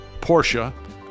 Porsche